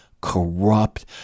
corrupt